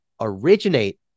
originate